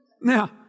Now